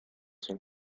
son